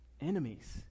enemies